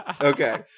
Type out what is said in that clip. Okay